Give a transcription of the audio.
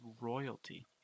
royalty